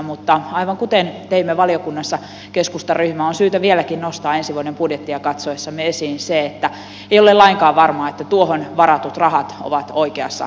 mutta aivan kuten teimme valiokunnassa keskustan ryhmä on syytä vieläkin nostaa ensi vuoden budjettia katsoessamme esiin se että ei ole lainkaan varmaa että tuohon varatut rahat ovat oikeassa mittasuhteessa